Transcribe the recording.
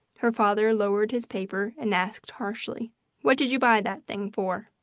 her father lowered his paper and asked harshly what did you buy that thing for?